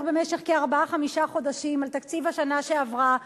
במשך ארבעה-חמישה חודשים על תקציב השנה שעברה,